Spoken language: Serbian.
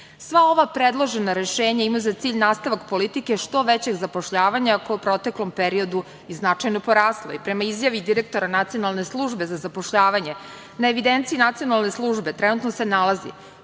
ova predložena rešenja imaju za cilj nastavak politike što većeg zapošljavanja koja su u proteklom periodu značajno porasla. Prema izjavi direktora Nacionalne službe za zapošljavanje, na evidenciji Nacionalne službe trenutno se nalazi